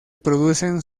producen